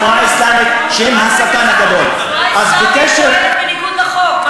התנועה האסלאמית פועלת בניגוד לחוק.